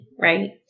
right